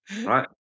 right